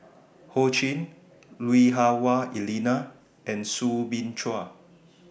Ho Ching Lui Hah Wah Elena and Soo Bin Chua